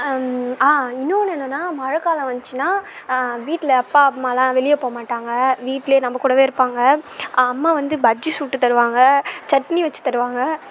ஆ இன்னொன்று என்னென்னா மழை காலம் வந்துச்சுன்னா வீட்டில் அப்பா அம்மா எல்லாம் வெளியே போக மாட்டாங்க வீட்லையே நம்ப கூடவே இருப்பாங்க அம்மா வந்து பஜ்ஜி சுட்டு தருவாங்க சட்னி வச்சு தருவாங்க